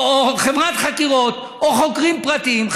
או חברת חקירות או חוקרים פרטיים,